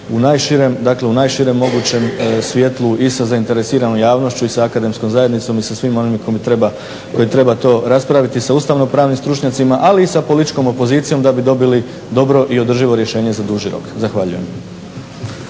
u najširem mogućem svjetlu i sa zainteresiranom javnošću i sa akademskom zajednicom i sa svim onim koji treba to raspraviti, sa ustavno-pravnim stručnjacima, ali i sa političkom opozicijom da bi dobili dobro i održivo rješenje za duži rok. Zahvaljujem.